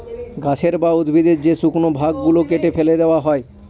গাছের বা উদ্ভিদের যে শুকনো ভাগ গুলো কেটে ফেলে দেওয়া হয়